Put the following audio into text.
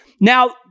Now